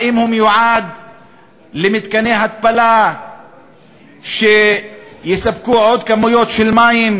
האם הוא מיועד למתקני התפלה שיספקו עוד כמויות של מים